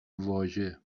واژه